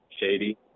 shady